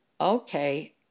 okay